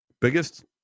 Biggest